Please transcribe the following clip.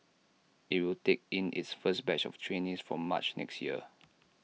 IT will take in its first batch of trainees from March next year